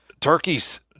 turkeys